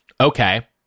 Okay